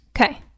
Okay